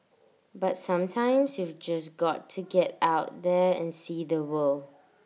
but sometimes you've just got to get out there and see the world